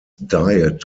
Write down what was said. diet